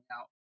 out